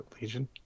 Legion